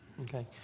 Okay